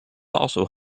also